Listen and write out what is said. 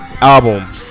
album